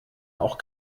auch